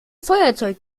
feuerzeug